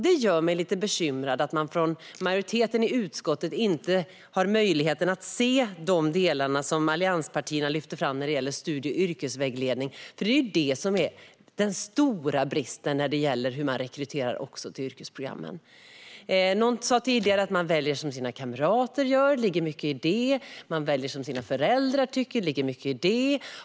Det gör mig lite bekymrad att man från majoriteten i utskottet inte har möjlighet att se de delar som allianspartierna lyfter fram när det gäller studie och yrkesvägledning. Det är ju det som är den stora bristen när det gäller hur man också rekryterar till yrkesprogrammen. Någon sa tidigare att man väljer som kamraterna gör. Det ligger mycket i det. Man väljer som föräldrarna tycker. Det ligger mycket i det.